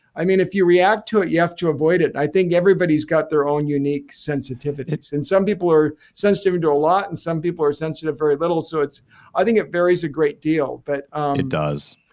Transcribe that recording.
i mean if you react to it you have to avoid it i think everybody's got their own unique sensitivities. and some people are sensitive and to a lot and some people are sensitive very little so i think it varies a great deal but it does.